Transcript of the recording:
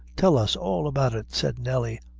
tell us all about it, said nelly,